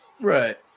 Right